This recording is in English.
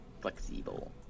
Flexible